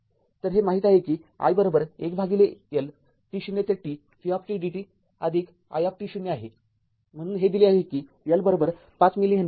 तर हे माहीत आहे कि i१L t0 ते t vdt आदिक i आहे म्हणून हे दिले आहे कि L५ मिली हेनरी आहे